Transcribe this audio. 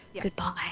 Goodbye